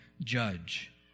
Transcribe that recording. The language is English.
judge